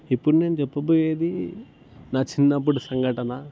ఇప్పుడు నేను చెప్పబోయేది నా చిన్నప్పటి సంఘటన